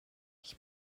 ich